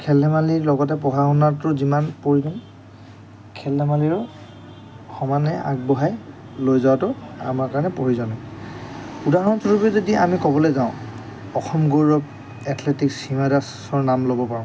খেল ধেমালিৰ লগতে পঢ়া শুনাটো যিমান প্ৰয়োজন খেল ধেমালিৰো সমানে আগবঢ়াই লৈ যোৱাটো আমাৰ কাৰণে প্ৰয়োজনীয় উদাহৰণস্বৰূপে যদি আমি ক'বলৈ যাওঁ অসম গৌৰৱ এথলেটিকছ সীমা দাসৰ নাম ল'ব পাৰোঁ